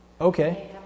Okay